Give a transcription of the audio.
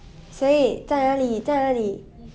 谁在哪里在哪里